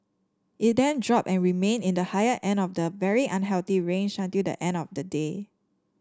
it then dropped and remained in the higher end of the very unhealthy range until the end of the day